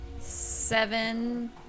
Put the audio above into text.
seven